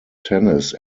tennis